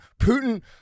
Putin